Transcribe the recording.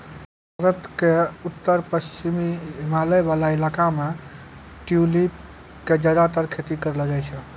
भारत के उत्तर पश्चिमी हिमालय वाला इलाका मॅ ट्यूलिप के ज्यादातर खेती करलो जाय छै